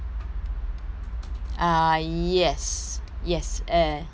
ah yes yes eh yes that's right